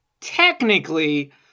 technically